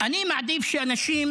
אני מעדיף שאנשים